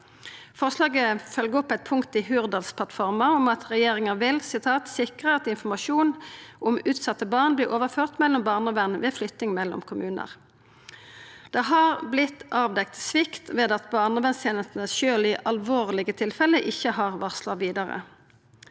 Forslaget følgjer opp eit punkt i Hurdalsplattforma om at regjeringa vil «sikre at informasjon om utsette barn blir overført mellom barnevernet ved flytting mellom kommunar». Det har vorte avdekt svikt ved at barnevernstenestene sjølv i alvorlege tilfelle ikkje har varsla vidare.